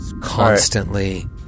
constantly